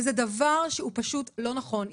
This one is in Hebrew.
זה דבר שהוא פשוט לא נכון.